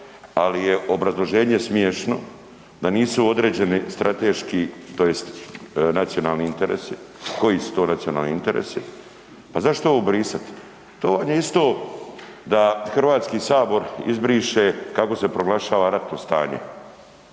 ali je obrazloženje smiješno da nisu određeni strateški tj. nacionalni interesi. Koji su to nacionalni interesi? Pa zašto ovo brisat? To vam je isto da HS izbriše kako se proglašava ratno stanje